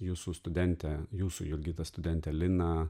jūsų studentė jūsų jurgita studentė lina